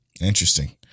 Interesting